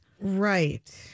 Right